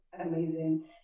amazing